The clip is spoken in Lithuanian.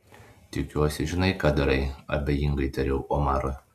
tikiuosi žinai ką darai abejingai tariau omarui